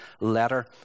letter